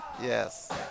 Yes